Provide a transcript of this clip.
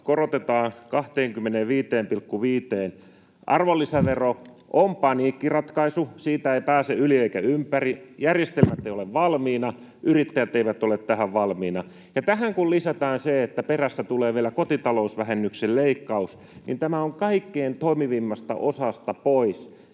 korotetaan arvonlisävero 25,5:een, on paniikkiratkaisu, siitä ei pääse yli eikä ympäri. Järjestelmät eivät ole valmiina, yrittäjät eivät ole tähän valmiina. Tähän kun lisätään se, että perässä tulee vielä kotitalousvähennyksen leikkaus, niin tämä on kaikkein toimivimmasta osasta pois: